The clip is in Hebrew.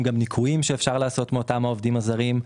גם ניכויים שאפשר לעשות מאותם העובדים הזרים.